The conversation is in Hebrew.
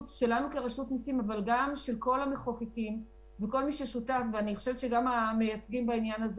עוד דבר שאני חייב להגיד בעניין הזה